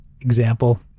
example